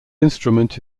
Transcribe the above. instrument